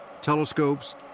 telescopes